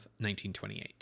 1928